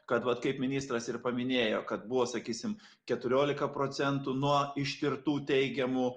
kad vat kaip ministras ir paminėjo kad buvo sakysim keturiolika procentų nuo ištirtų teigiamų